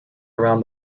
around